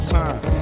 time